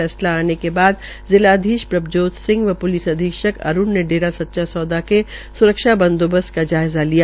फैसला आने के बाद जिलाधीश प्रभजोत सिंह व प्लिस अधीक्षक अरूण ने डेरा सच्चा सौदा के स्रक्षा बंदोबस्त का जायज़ा लिया